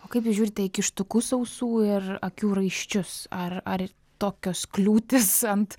o kaip jūs žiūrite į kištukus ausų ir akių raiščius ar ar tokios kliūtys ant